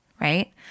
right